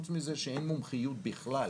וחוץ מזה שאין מומחיות בכלל